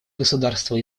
государства